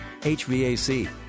hvac